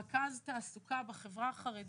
רכז תעסוקה בחברה החרדית,